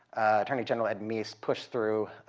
attorney general ed meese pushed through,